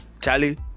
Charlie